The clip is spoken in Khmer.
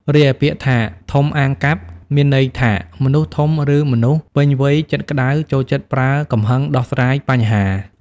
រីឯពាក្យថា" ធំអាងកាប់"មានន័យថាមនុស្សធំឬមនុស្សពេញវ័យចិត្តក្ដៅ ចូលចិត្តប្រើកំហឹងដោះស្រាយបញ្ហា។